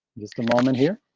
just a moment here.